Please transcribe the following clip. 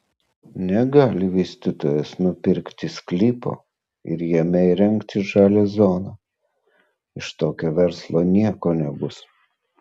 negali vystytojas nupirkti sklypo ir jame įrengti žalią zoną iš tokio verslo nieko nebus